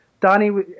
Danny